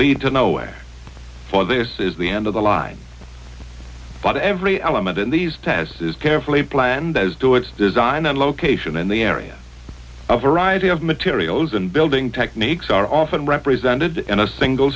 lead to nowhere for this is the end of the line but every element in these tests is carefully planned as to its design and location in the area of variety of materials and building techniques are often represented in a single